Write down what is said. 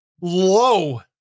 low